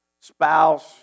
spouse